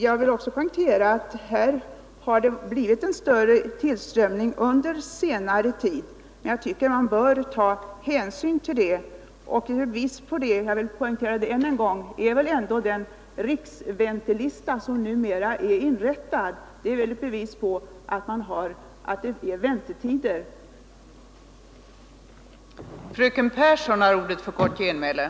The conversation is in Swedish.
Jag vill också poängtera att tillströmningen till skolorna har ökat under senare tid. Jag tycker man bör ta hänsyn till detta. Ett bevis på att det är väntetider för intagning är väl — det vill jag ännu en gång poängtera — den riksväntelista som numera är inrättad.